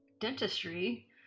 dentistry